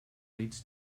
leads